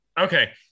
Okay